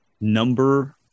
number